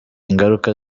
ingaruka